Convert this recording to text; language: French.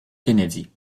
kennedy